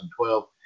2012